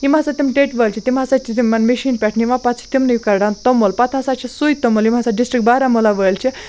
یِم ہَسا تِم ٹیٚٹۍ وٲلۍ چھِ تِم ہَسا چھِ تِمَن مِشیٖن پٮ۪ٹھ نِوان پَتہٕ چھِ تِمنٕے کَڑان توٚمُل پَتہٕ ہَسا چھِ سُے توٚمُل یِم ہَسا ڈِسٹرٛک بارہمولہ وٲلۍ چھِ